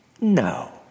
No